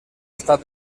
estat